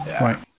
right